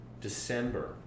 December